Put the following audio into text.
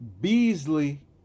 Beasley